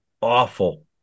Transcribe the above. awful